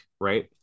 Right